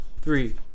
three